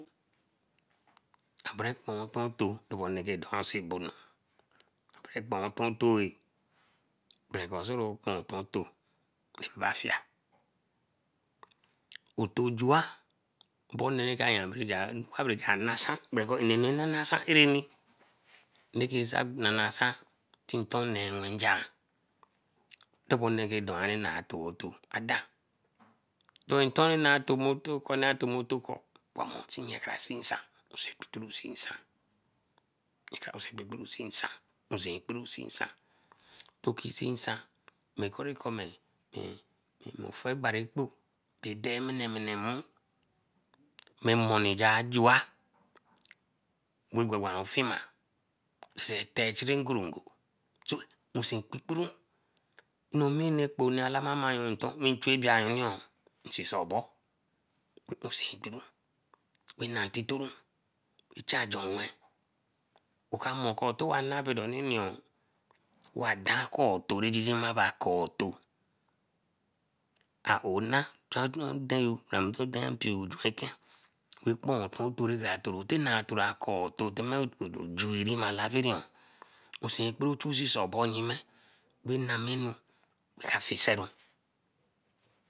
Kabere kponteto karabeno reke dor so bono kabere kpontetooh berekor kebe kpontoo eba fie. Otujua bonee eka reja anason bekor anunasan ereni neke san nasan tinton newen jah. tobonee bae do an teba totoh adan. Te nton na tebeto kor tobena tomato wa mor tin nye kra seen san, toro seen san, rekara seen nsan. To ki seen nsan mekorikome beh ofe barekpo bae den emenemene nmu mai moni ja juah wey gwagwanru fiema seete ngunrungunru. So usenkpikpiru nooni ekponee alabami nton in chu ebiyor nsisibor usenkpiron wey nah intitoru echanjonwe okamor towa nah bodo niyo wan dankor tonjijima ba koteh aowe na cha ndenyo bra mpioyo juen ken wepon-nton toro ki na toro kor tote juen ni ma labi osenkpiru chu obo yima bae namenu eka fiseru.